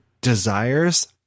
desires